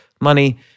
money